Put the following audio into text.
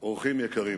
אורחים יקרים,